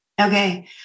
Okay